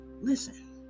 listen